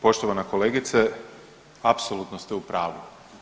Poštovana kolegice, apsolutno ste u pravu.